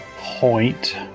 point